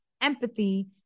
empathy